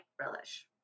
relish